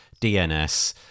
DNS